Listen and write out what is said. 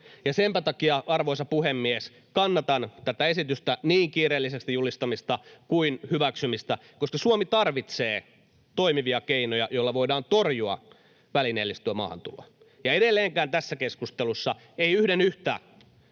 Senpä takia, arvoisa puhemies, kannatan tätä esitystä, niin kiireellisesti julistamista kuin hyväksymistä, koska Suomi tarvitsee toimivia keinoja, joilla voidaan torjua välineellistettyä maahantuloa. Ja edelleenkään tässä keskustelussa ei yhden yhtä